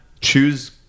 choose